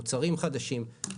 למוצרים חדשים,